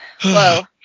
Whoa